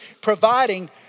providing